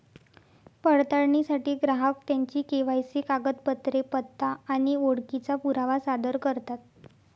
पडताळणीसाठी ग्राहक त्यांची के.वाय.सी कागदपत्रे, पत्ता आणि ओळखीचा पुरावा सादर करतात